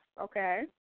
Okay